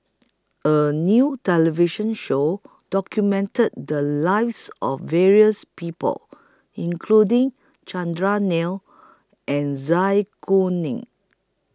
A New television Show documented The Lives of various People including Chandran Nair and Zai Kuning